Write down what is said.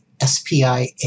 SPIA